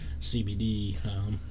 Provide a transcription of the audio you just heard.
CBD